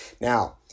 Now